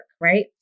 Right